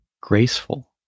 graceful